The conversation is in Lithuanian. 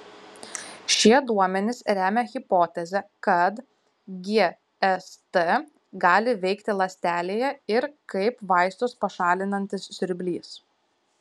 šie duomenys remia hipotezę kad gst gali veikti ląstelėje ir kaip vaistus pašalinantis siurblys